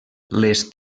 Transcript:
les